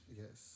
yes